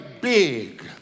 big